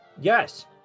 Yes